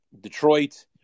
detroit